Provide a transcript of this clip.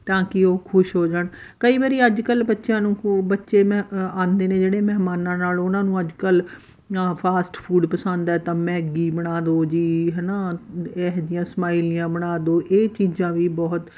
ਤਾਂ ਕਿ ਉਹ ਖੁਸ਼ ਹੋ ਜਾਣ ਕਈ ਵਾਰੀ ਅੱਜ ਕੱਲ੍ਹ ਬੱਚਿਆਂ ਨੂੰ ਖੂਬ ਬੱਚੇ ਮੈਂ ਆਉਂਦੇ ਨੇ ਜਿਹੜੇ ਮਹਿਮਾਨਾਂ ਨਾਲ ਉਹਨਾਂ ਨੂੰ ਅੱਜ ਕੱਲ੍ਹ ਫਾਸਟ ਫੂਡ ਪਸੰਦ ਹੈ ਤਾਂ ਮੈਗੀ ਬਣਾ ਦਉ ਜੀ ਹੈ ਨਾ ਇਹੋ ਜਿਹੀਆਂ ਸਮਾਈਲੀਆਂ ਬਣਾ ਦਉ ਇਹ ਚੀਜ਼ਾਂ ਵੀ ਬਹੁਤ